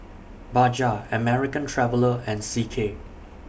Bajaj American Traveller and C K